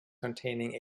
containing